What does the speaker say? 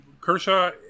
Kershaw